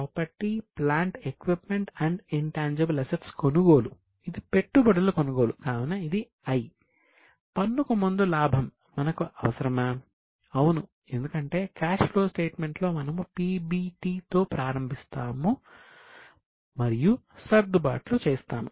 property plant equipment and intangible అసెట్స్లో మనము PBTతో ప్రారంభించబోతున్నాము మరియు సర్దుబాట్లు చేస్తాము